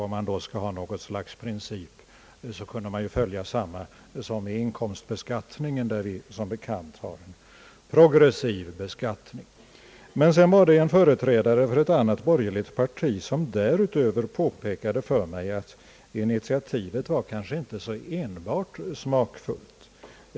Om man då skall ha något slags princip, kan man ju följa samma ordning som vid inkomstbeskattning, där vi som bekant har en progressiv beskattning. Men så var det en företrädare för ett annat borgerligt parti som därutöver påpekade för mig, att initiativet kanske inte var så enbart smakfullt.